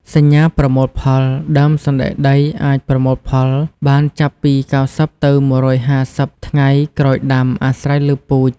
សញ្ញាប្រមូលផល ដើមសណ្ដែកដីអាចប្រមូលផលបានចាប់ពី ៩០ ទៅ ១៥០ ថ្ងៃក្រោយដាំ អាស្រ័យលើពូជ។